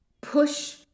push